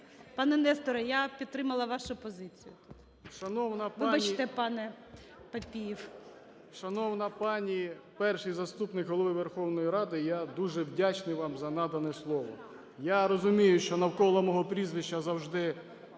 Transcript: Пане Несторе, я підтримала вашу позицію. Вибачте, панеПапієв. 13:12:04 КИРИЛЕНКО В.А. Шановна пані Перший заступник Голови Верховної Ради, я дуже вдячний вам за надане слово. Я розумію, що навколо мого прізвища завжди